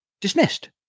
dismissed